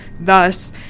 thus